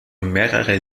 mehrere